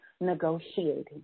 Negotiating